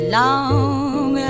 long